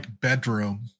bedroom